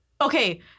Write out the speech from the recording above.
okay